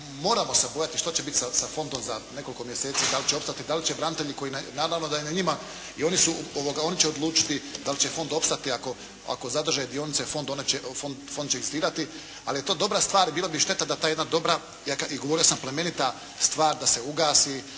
moramo se bojati što će biti sa fondom za nekoliko mjeseci, da li će opstati, da li će branitelji koji, naravno da je na njima i oni će odlučiti da li će fond opstati ako zadrže dionice fond će ih …/Govornik se ne razumije./… ali je to dobra stvar. Bilo bi šteta da ta jedna dobra i govorio sam plemenita stvar da se ugasi